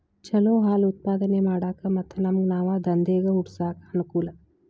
ಚಲೋ ಹಾಲ್ ಉತ್ಪಾದನೆ ಮಾಡಾಕ ಮತ್ತ ನಮ್ಗನಾವ ದಂದೇಗ ಹುಟ್ಸಾಕ ಅನಕೂಲ